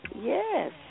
Yes